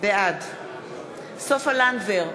בעד סופה לנדבר,